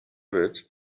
rabbit